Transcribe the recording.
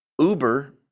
Uber